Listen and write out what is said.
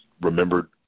remembered